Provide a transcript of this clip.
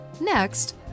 Next